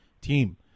team